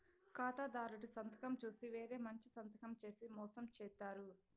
ఖాతాదారుడి సంతకం చూసి వేరే మంచి సంతకం చేసి మోసం చేత్తారు